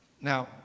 Now